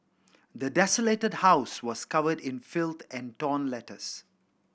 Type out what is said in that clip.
the desolated house was covered in filth and torn letters